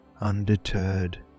undeterred